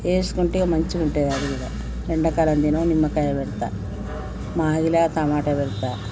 వేసుకుంటే మంచిగా ఉంటుంది అది కూడా ఎండాకాలం నేను నిమ్మకాయ పెడతా మాగిలా టమోటా పెడతా